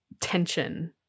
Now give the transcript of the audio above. tension